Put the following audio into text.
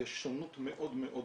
יש שונות מאוד מאוד גדולה.